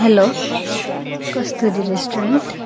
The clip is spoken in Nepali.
hello Kasturi restaurant